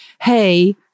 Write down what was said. hey